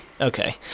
okay